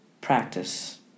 practice